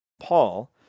Paul